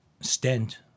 stent